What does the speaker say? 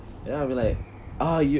then I'll be like ah you